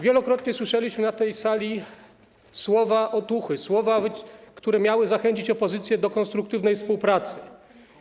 Wielokrotnie słyszeliśmy na tej sali słowa otuchy, słowa, które miały zachęcić opozycję do konstruktywnej współpracy.